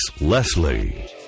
Leslie